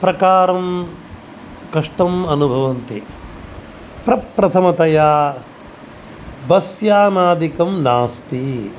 प्रकारं कष्टम् अनुभवन्ति प्रप्रथमतया बस् यानादिकं नास्ति